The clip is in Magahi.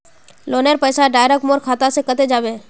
लोनेर पैसा डायरक मोर खाता से कते जाबे?